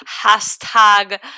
Hashtag